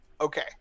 okay